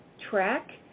track